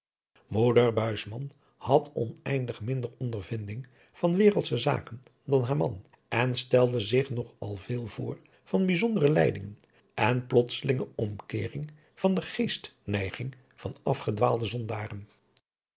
had oneindig minder ondervinding van wereldsche zaken dan haar man en stelde zich nog al veel voor van bijzondere leidingen en plotselinge omkeering van de geestneiging van afgedwaalde zondaren